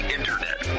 Internet